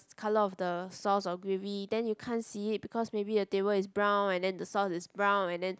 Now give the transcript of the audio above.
colour of the sauce of gravy then you can't see it because maybe the table is brown and then the sauce is brown and then